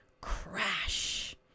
crash